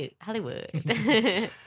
Hollywood